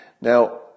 Now